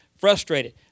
frustrated